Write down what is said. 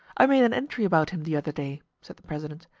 i made an entry about him the other day, said the president.